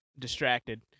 distracted